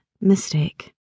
mistake